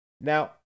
Now